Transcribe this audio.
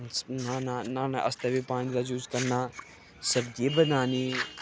न्हाना न्हाने आस्तै बी पानी दा यूज करना सब्ज़ी बनानी